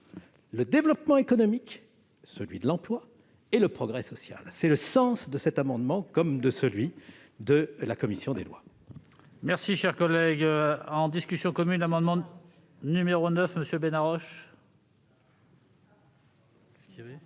le développement économique, celui de l'emploi, et le progrès social. Tel est le sens de cet amendement et de celui de la commission des lois.